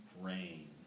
rain